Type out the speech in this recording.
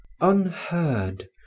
unheard